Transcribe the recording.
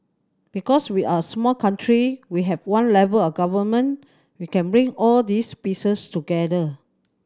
because we're a small country we have one level of Government we can bring all these pieces together